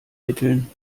mitteln